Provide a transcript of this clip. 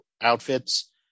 outfits